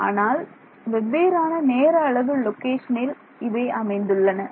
ஆனால் வெவ்வேறான நேர அளவு லொகேஷனில் அவை அமைந்துள்ளன